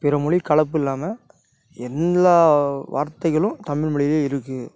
பிறமொழி கலப்பு இல்லாமல் எல்லா வார்த்தைகளும் தமிழ்மொழியிலே இருக்குது